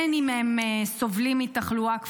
בין שהם סובלים מתחלואה כפולה,